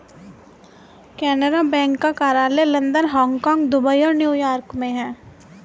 Canara bank का कार्यालय London Hong Kong Dubai और न्यू यॉर्क में है